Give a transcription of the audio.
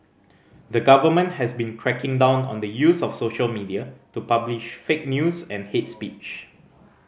the government has been cracking down on the use of social media to publish fake news and hate speech